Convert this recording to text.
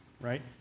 right